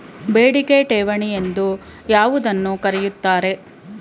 ಬೇಡಿಕೆ ಠೇವಣಿ ಎಂದು ಯಾವುದನ್ನು ಕರೆಯುತ್ತಾರೆ?